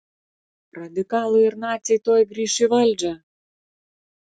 radikalai ir naciai tuoj grįš į valdžią